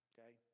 Okay